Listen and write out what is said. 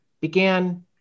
began